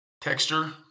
texture